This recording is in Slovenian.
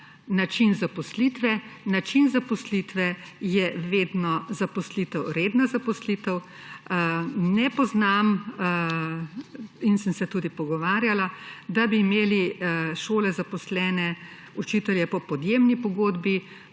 način zaposlitve, je vedno redna zaposlitev. Ne poznam in sem se tudi pogovarjala, da bi imele šole zaposlene učitelje po podjemni pogodbi.